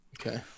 Okay